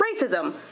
racism